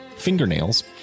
fingernails